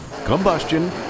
combustion